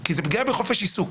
כי זאת פגיעה בחופש עיסוק.